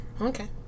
Okay